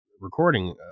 recording